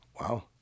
Wow